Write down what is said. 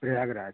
Prayagraj